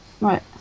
Right